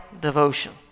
devotion